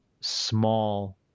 small